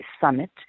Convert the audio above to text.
Summit